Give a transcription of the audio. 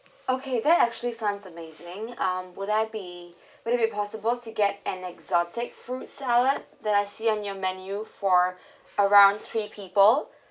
okay that actually sounds amazing um will there be would it be possible to get an exotic fruit salad that I see on your menu for around three people